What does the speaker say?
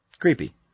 Creepy